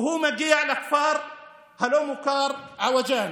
והוא מגיע לכפר הלא-מוכר עווג'אן,